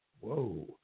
Whoa